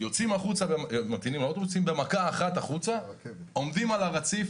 יוצאים במכה אחת החוצה ועומדים על הרציף.